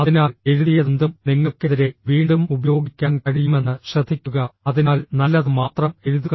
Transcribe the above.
അതിനാൽ എഴുതിയതെന്തും നിങ്ങൾക്കെതിരെ വീണ്ടും ഉപയോഗിക്കാൻ കഴിയുമെന്ന് ശ്രദ്ധിക്കുക അതിനാൽ നല്ലത് മാത്രം എഴുതുക